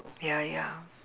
ya ya